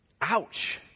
Ouch